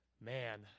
man